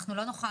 אנחנו לא נוכל